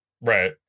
Right